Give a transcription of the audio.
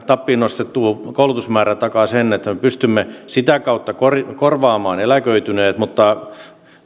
tappiin nostettu koulutusmäärä takaa sen että me pystymme sitä kautta korvaamaan eläköityneet